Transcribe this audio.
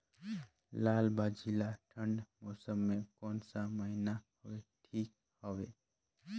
लालभाजी ला ठंडा मौसम के कोन सा महीन हवे ठीक हवे?